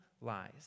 lies